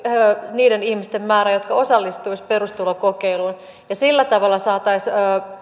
niiden ihmisten määrä jotka osallistuisivat perustulokokeiluun ja sillä tavalla saataisiin